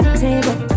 table